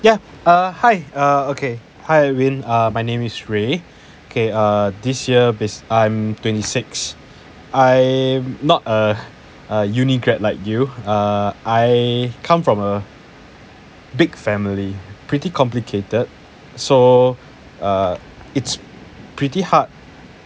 yeah err hi err okay hi edwin err my name is ray K uh this year I'm twenty six I am not a a uni grad like you uh I come from a big family pretty complicated so uh it's pretty hard